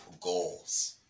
goals